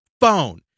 phone